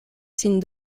sin